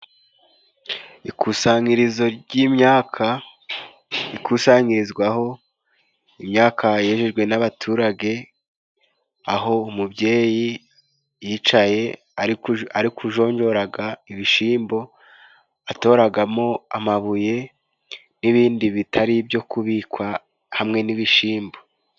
Ikusanyirizo ry'imyaka ikusanyirizwaho imyaka yejejwe n'abaturage, aho umubyeyi yicaye ari kujonjoraga ibishimbo, atoragamo amabuye n'ibindi bitari ibyo kubikwa hamwe n'ibishimbo.